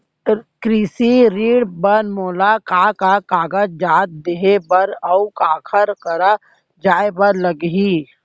कृषि ऋण बर मोला का का कागजात देहे बर, अऊ काखर करा जाए बर लागही?